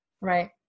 Right